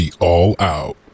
all-out